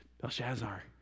Belshazzar